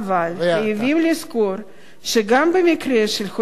אבל חייבים לזכור שגם במקרה של הוצאת